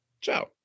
Ciao